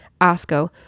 ASCO